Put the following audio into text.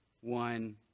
one